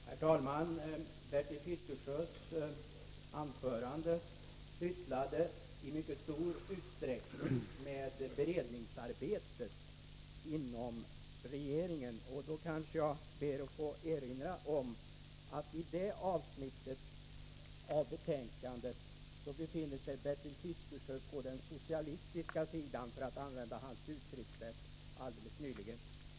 Herr talman! Bertil Fiskesjös anförande handlade i mycket stor utsträckning om beredningsarbetet inom regeringen. Då ber jag att få erinra om att Bertil Fiskesjö i det avsnittet av betänkandet befinner sig på den socialistiska sidan — för att använda hans eget uttryckssätt alldeles nyligen.